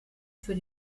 für